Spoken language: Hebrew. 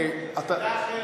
עמדה אחרת.